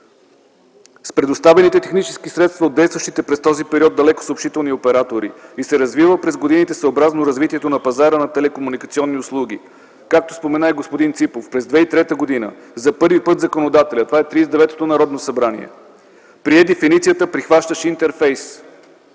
с предоставените технически средства от действащите през този период далекосъобщителни оператори и се развива през годините, съобразно развитието на пазара на телекомуникационни услуги. Както спомена и господин Ципов, през 2003 г. за първи път законодателят – това е Тридесет и деветото Народно събрание, прие дефиницията „прихващащ интерфейс”